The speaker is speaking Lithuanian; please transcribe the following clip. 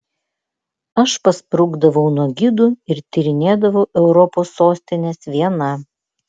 aš pasprukdavau nuo gidų ir tyrinėdavau europos sostines viena